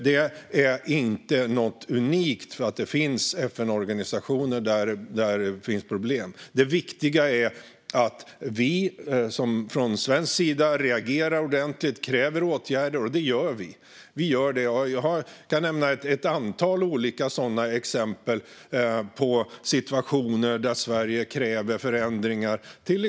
Det är inte något unikt att det finns FN-organisationer där det finns problem. Det viktiga är att vi från svensk sida reagerar ordentligt och kräver åtgärder, och det gör vi. Jag kan nämna ett antal exempel på situationer där Sverige har krävt förändringar.